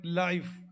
life